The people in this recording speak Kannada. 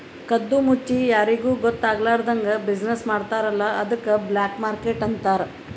ಕದ್ದು ಮುಚ್ಚಿ ಯಾರಿಗೂ ಗೊತ್ತ ಆಗ್ಲಾರ್ದಂಗ್ ಬಿಸಿನ್ನೆಸ್ ಮಾಡ್ತಾರ ಅಲ್ಲ ಅದ್ದುಕ್ ಬ್ಲ್ಯಾಕ್ ಮಾರ್ಕೆಟ್ ಅಂತಾರ್